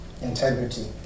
integrity